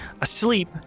asleep